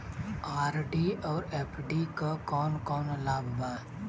RD और FD क कौन कौन लाभ बा?